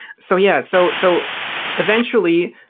so yeah. so so eventually,